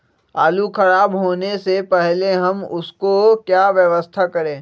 आलू खराब होने से पहले हम उसको क्या व्यवस्था करें?